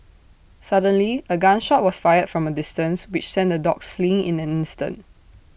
suddenly A gun shot was fired from A distance which sent the dogs fleeing in an instant